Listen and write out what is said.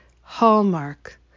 hallmark